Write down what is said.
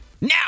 now